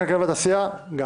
והתעשייה.